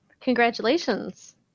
Congratulations